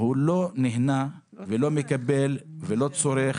לא נהנה ולא מקבל ולא צורך,